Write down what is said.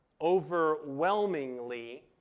overwhelmingly